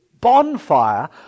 bonfire